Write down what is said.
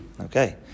Okay